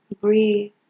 Breathe